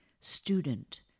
student